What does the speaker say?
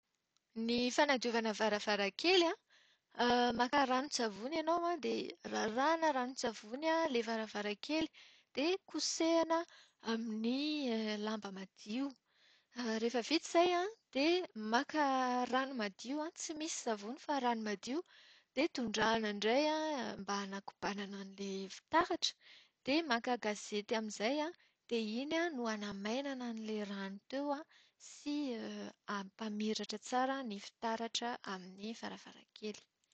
Ny fanadiovana varavarankely an, maka ranontsavony ianao an, dia rarahana ranon-tsavony ilay varavarankely. Dia kosehina amin'ny lamba madio. Rehefa via izay an, dia maka rano madio an, tsy misy savony fa rano madio dia tondrahana indray an, mba hanakobanana an'ilay fitaratra. Dia maka gazety amin'izay an, dia iny no hanamainana an'ilay rano teo sy hampamiratra tsara ny fitaratra amin'ny varavarankely.